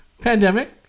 Pandemic